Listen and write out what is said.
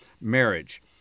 marriage